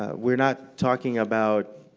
ah we're not talking about,